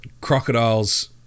crocodiles